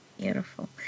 Beautiful